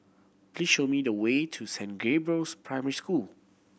please show me the way to Saint Gabriel's Primary School